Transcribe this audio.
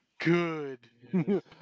Good